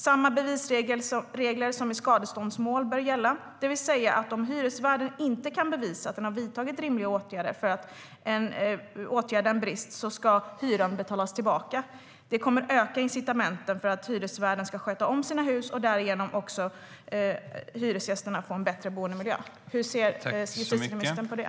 Samma bevisregler som i skadeståndsmål bör gälla, det vill säga att om hyresvärden inte kan bevisa att han eller hon har vidtagit rimliga åtgärder för att åtgärda en brist ska hyran betalas tillbaka. Det kommer att öka incitamenten för hyresvärden att sköta om sina hus. Därigenom får hyresgästerna också en bättre boendemiljö. Hur ser justitieministern på det?